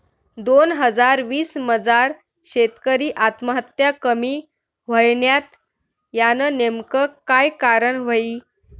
दोन हजार वीस मजार शेतकरी आत्महत्या कमी व्हयन्यात, यानं नेमकं काय कारण व्हयी?